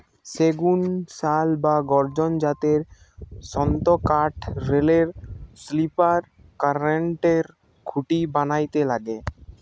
সেগুন, শাল বা গর্জন জাতের শক্তকাঠ রেলের স্লিপার, কারেন্টের খুঁটি বানাইতে লাগে